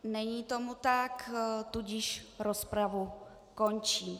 Není tomu tak, tudíž rozpravu končím.